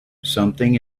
something